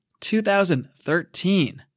2013